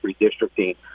redistricting